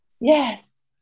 yes